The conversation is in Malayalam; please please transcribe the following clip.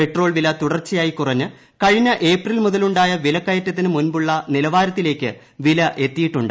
പെട്രോൾ വില തുടർച്ചയായി കുറഞ്ഞ് കഴിച്ച് ഏപ്രിൽ മുതലുണ്ടായ വിലക്കയറ്റത്തിന് മുൻപുള്ള നിലവാർത്ത്ൂല്ലേക്ക് വിലയെത്തിയിട്ടുണ്ട്